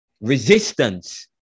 resistance